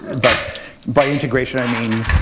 but by integration, i mean